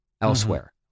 elsewhere